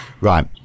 Right